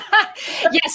Yes